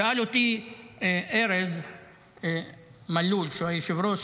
שאל אותי ארז מלול, שהוא היושב-ראש,